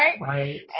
Right